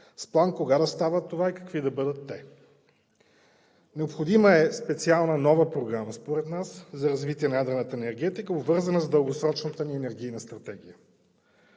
с план кога да става това и какви да бъдат те. Необходима е специална нова Програма според нас за развитие на ядрената енергетика, обвързана с дългосрочната ни енергийна стратегия.